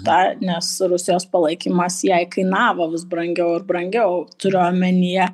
tą nes rusijos palaikymas jai kainavo vis brangiau ir brangiau turiu omenyje